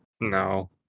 No